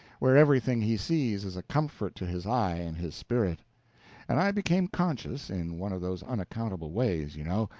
where everything he sees is a comfort to his eye and his spirit and i became conscious, in one of those unaccountable ways, you know,